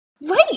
Wait